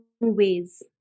ways